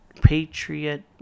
Patriot